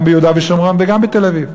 גם ביהודה ושומרון וגם בתל-אביב.